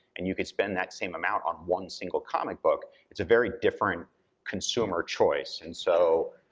and you could spend that same amount on one single comic book, it's a very different consumer choice, and so,